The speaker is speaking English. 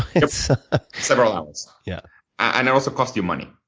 it's several hours, yeah and it also costs you money.